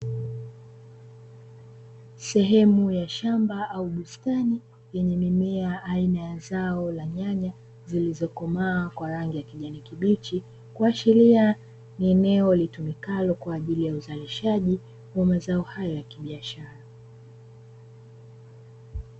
Sehemu ya shamba au bustani yenye mimea aina ya zao la nyanya, zilizokomaa kwa rangi ya kijani kibichi, kuashiria ni eneo litumikalo kwa ajili ya uzalishaji wa mazao haya ya kibiashara.